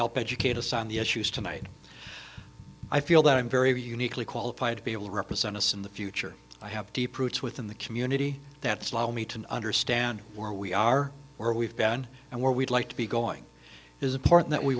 help educate us on the issues tonight i feel that i'm very uniquely qualified to be able to represent us in the future i have deep roots within the community that slow me to understand where we are where we've been and where we'd like to be going is important that we